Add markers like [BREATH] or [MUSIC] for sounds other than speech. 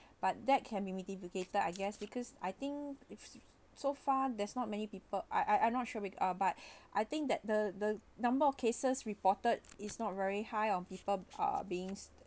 [BREATH] but that can be mitigated I guess because I think [NOISE] so far there's not many people I I I'm not sure with uh but I think [BREATH] that the the number of cases reported is not very high on people uh being